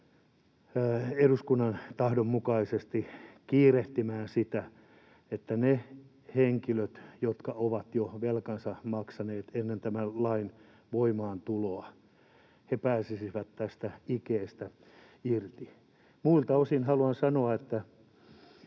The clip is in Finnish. eduskunnan tahdon mukaisesti kiirehtimään sitä, että ne henkilöt, jotka ovat jo velkansa maksaneet ennen tämän lain voimaantuloa, pääsisivät tästä ikeestä irti. Muilta osin haluan sanoa, että